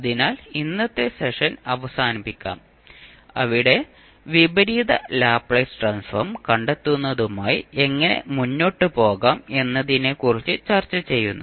അതിനാൽ ഇന്നത്തെ സെഷൻ അവസാനിപ്പിക്കാം അവിടെ വിപരീത ലാപ്ലേസ് ട്രാൻസ്ഫോം കണ്ടെത്തുന്നതുമായി എങ്ങനെ മുന്നോട്ട് പോകാം എന്നതിനെക്കുറിച്ച് ചർച്ചചെയ്യുന്നു